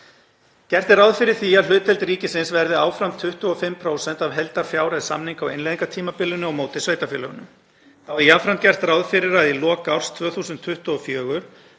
Gert er ráð fyrir því að hlutdeild ríkisins verði áfram 25% af heildarfjárhæð samninga á innleiðingartímabilinu á móti sveitarfélögunum. Þá er jafnframt gert ráð fyrir að í lok árs 2024